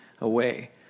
away